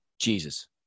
Jesus